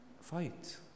fight